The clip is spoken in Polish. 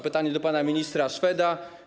Pytanie do pana ministra Szweda.